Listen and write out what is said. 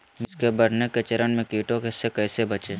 मिर्च के बढ़ने के चरण में कीटों से कैसे बचये?